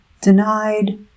denied